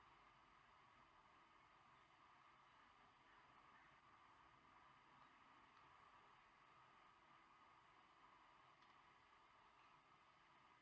yeuh uh